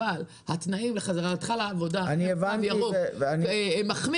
אבל התנאים לחזרתך לעבודה הם תו ירוק מחמיר,